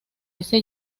ese